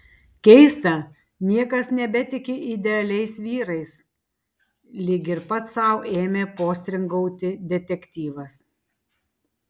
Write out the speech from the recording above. keista niekas nebetiki idealiais vyrais lyg ir pats sau ėmė postringauti detektyvas